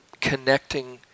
connecting